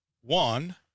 One